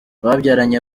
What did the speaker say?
babyaranye